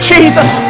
Jesus